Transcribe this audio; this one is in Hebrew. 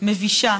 מבישה